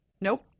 Nope